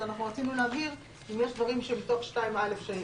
אז אנחנו רצינו להבהיר אם יש דברים שבתוך 2(א) שחלים,